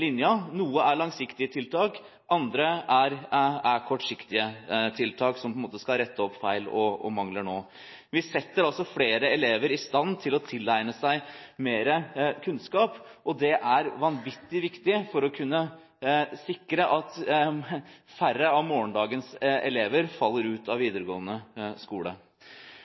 linjen. Noe er langsiktige tiltak, annet er kortsiktige tiltak, som på en måte skal rette opp feil og mangler nå. Vi setter altså flere elever i stand til å tilegne seg mer kunnskap. Det er vanvittig viktig for å kunne sikre at færre av morgendagens elever faller ut av